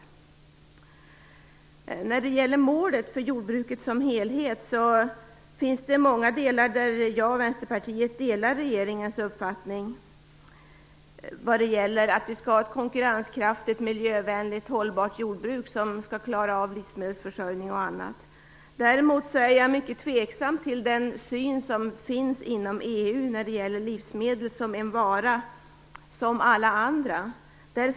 Det finns många delar av målet för jordbruket som helhet där jag och Vänsterpartiet delar regeringens uppfattning. Vi skall ha ett konkurrenskraftigt, miljövänligt och hållbart jordbruk, som skall klara livsmedelsförsörjning och annat. Däremot är jag mycket tveksam till EU:s syn på livsmedel som en vara bland andra.